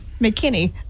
McKinney